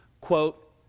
Quote